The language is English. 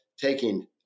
taking